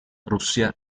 russia